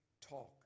talk